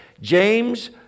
James